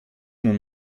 nun